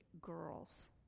girls